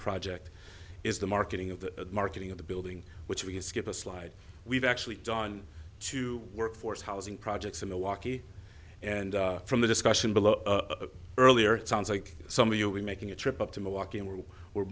project is the marketing of the marketing of the building which we can skip a slide we've actually done to work force housing projects in milwaukee and from the discussion below earlier it sounds like some of you are we making a trip up to milwaukee and we were